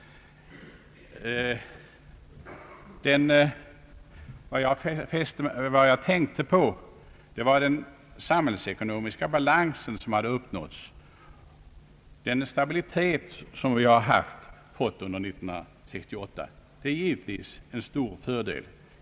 Vad jag tänkte på när jag överräckte blomman var uteslutande den samhällsekonomiska balans som uppnåtts. Den stabilitet som vi fått under 1968 är givetvis en stor fördel.